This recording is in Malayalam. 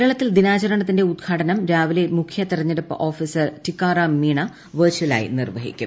കേരളത്തിൽ ദിനാചരണത്തിന്റെ ഉദ്ഘാടനം ഇന്ന് രാവിലെ മുഖ്യ തെരഞ്ഞെടുപ്പ് ഓഫീസർ ടിക്കാറാം മീണ വെർചലായി നിർവ്വഹിക്കും